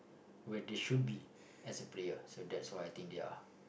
where they should be as a player so that's why they there